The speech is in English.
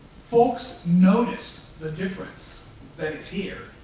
folks notice the difference that's here.